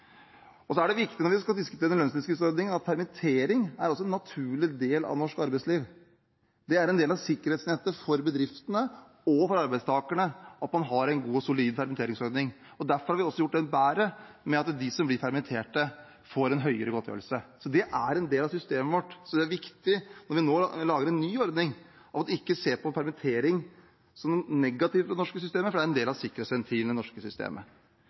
er også viktig når vi skal diskutere denne lønnstilskuddsordningen, å understreke at permittering er en naturlig del av norsk arbeidsliv. Det er en del av sikkerhetsnettet for bedriftene og for arbeidstakerne at man har en god og solid permitteringsordning. Derfor har vi også gjort den bedre, ved at de som blir permittert, får en høyere godtgjørelse. Så det er en del av systemet vårt, og det er viktig når vi nå lager en ny ordning, at man ikke ser på permittering som noe negativt ved det norske systemet, for det er en del av sikkerhetsventilen i det norske systemet.